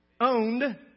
owned